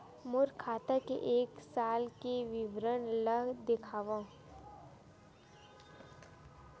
मोर खाता के एक साल के विवरण ल दिखाव?